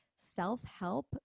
Self-help